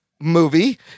Movie